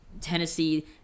Tennessee